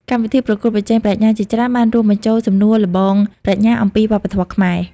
កម្មវិធីប្រកួតប្រជែងប្រាជ្ញាជាច្រើនបានរួមបញ្ចូល សំណួរល្បងប្រាជ្ញាអំពី វប្បធម៌ខ្មែរ។